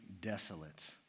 desolate